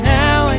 now